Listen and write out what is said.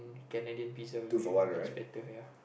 Canadian Pizza will be much better ya